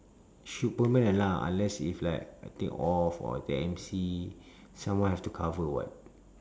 should permanent lah unless if like I think off or take M_C someone have to cover [what]